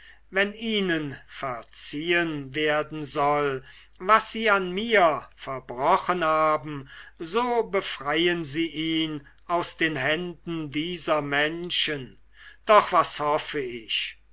wenn ihnen verziehen werden soll was sie an mir verbrochen haben so befreien sie ihn aus den händen dieser menschen doch was hoffe ich